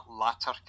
latter